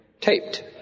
taped